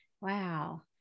Wow